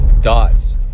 dots